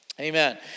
Amen